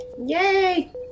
Yay